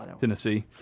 Tennessee